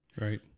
Right